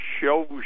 shows